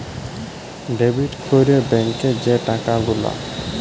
debit ক্যরে ব্যাংকে যে টাকা গুলা